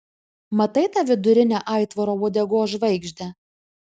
matai tą vidurinę aitvaro uodegos žvaigždę